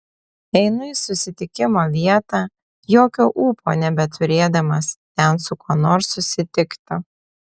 einu į susitikimo vietą jokio ūpo nebeturėdamas ten su kuo nors susitikti